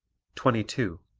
twenty two.